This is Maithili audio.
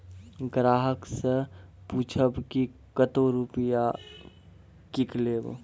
ग्राहक से पूछब की कतो रुपिया किकलेब?